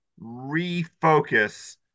refocus